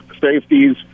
safeties